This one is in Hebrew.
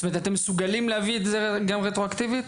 אתם מסוגלים להביא את זה גם רטרואקטיבית?